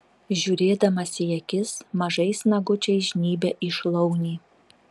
žiūrėdamas į akis mažais nagučiais žnybia į šlaunį